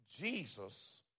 Jesus